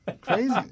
Crazy